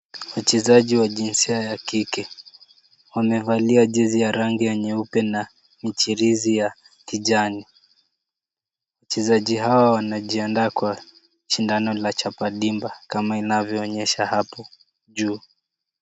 Wachezaji wa jinsia ya kike, wamevalia jezi ya rangi ya nyeupe na mchirizi ya kijani. Wachezaji hawa wanajiandaa kwa shindano la chapa dimba, kama inavyoonyesha hapo juu.